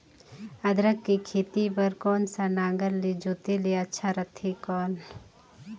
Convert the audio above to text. अदरक के खेती बार कोन सा नागर ले जोते ले अच्छा रथे कौन?